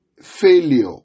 failure